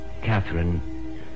Catherine